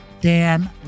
Dan